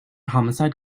homicide